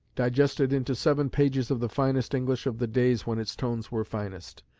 digested into seven pages of the finest english of the days when its tones were finest.